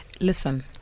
listen